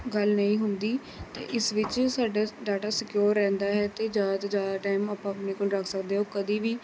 ਗੱਲ ਨਹੀਂ ਹੁੰਦੀ ਅਤੇ ਇਸ ਵਿੱਚ ਸਾਡਾ ਡਾਟਾ ਸਕਿਓਰ ਰਹਿੰਦਾ ਹੈ ਅਤੇ ਜ਼ਿਆਦਾ ਤੋਂ ਜ਼ਿਆਦਾ ਟੈਮ ਆਪਾਂ ਆਪਣੇ ਕੋਲ਼ ਰੱਖ ਸਕਦੇ ਹੋ ਕਦੇ ਵੀ